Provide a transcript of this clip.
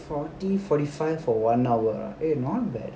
forty forty five for one hour eh not bad